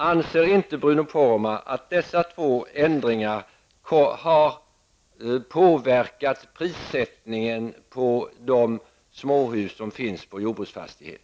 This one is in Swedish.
Anser inte Bruno Poromaa att dessa två ändringar har påverkat prissättningen på de småhus som finns på jordbruksfastighet?